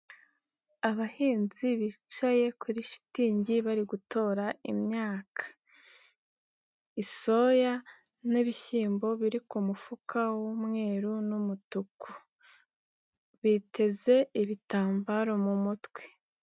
Abahinzi bicaye kuri shitingi bari gutora imyaka, isoya n'ibishyimbo biri ku mufuka w'umweru n'umutuku, biteze ibitambaro mu mutwe.